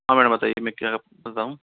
हाँ मैडम बताइये मैं क्या करता हूँ